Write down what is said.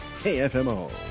KFMO